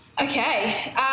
Okay